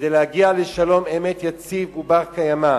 כדי להגיע לשלום אמת יציב ובר-קיימא